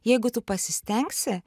jeigu tu pasistengsi